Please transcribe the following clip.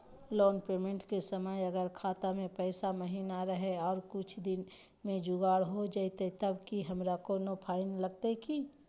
Loan payment के समय अगर खाता में पैसा महिना रहै और कुछ दिन में जुगाड़ हो जयतय तब की हमारा कोनो फाइन लगतय की?